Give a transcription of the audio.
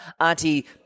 auntie